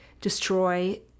destroy